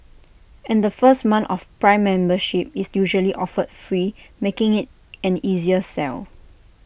and the first month of prime membership is usually offered free making IT an easier sell